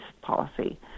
policy